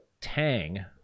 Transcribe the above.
tang